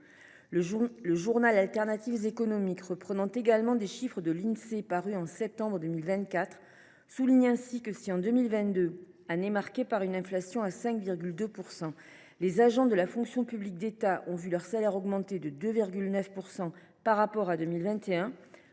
Le journal, reprenant également des chiffres de l’Insee parus au mois de septembre 2024, souligne ainsi que, si, en 2022, année marquée par une inflation à 5,2 %, les agents de la fonction publique d’État ont vu leur salaire augmenter de 2,9 % par rapport à 2021,